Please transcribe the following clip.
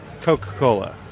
Coca-Cola